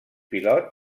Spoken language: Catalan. pilot